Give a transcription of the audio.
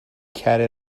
کره